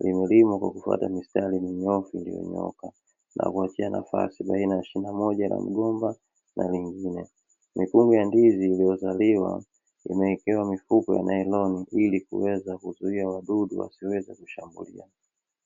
Limelimwa kwa kufuata mistari minyoofu iliyonyooka, na kuachia nafasi baina ya shina moja la mgomba na lingine. Mikungu ya ndizi iliyozaliwa imewekewa mifuko ya nailoni, ili kuweza kuzuia wadudu wasiweze kushambulia.